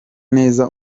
neza